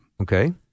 Okay